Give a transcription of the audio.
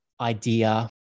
idea